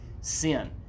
sin